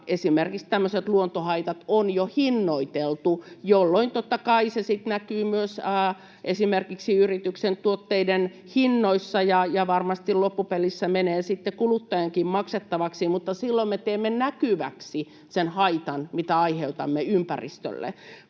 tämmöiset luontohaitat on jo hinnoiteltu, jolloin totta kai se sitten näkyy myös esimerkiksi yrityksen tuotteiden hinnoissa ja varmasti loppupelissä menee sitten kuluttajankin maksettavaksi. Mutta silloin me teemme näkyväksi sen haitan, mitä aiheutamme ympäristölle.